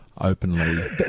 openly